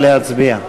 נא להצביע.